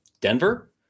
Denver